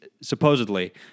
supposedly